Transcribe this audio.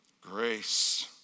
grace